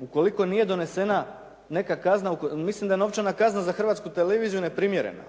ukoliko nije donesena neka kazna, mislim da je novčana kazna za Hrvatsku televiziju neprimjerena